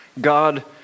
God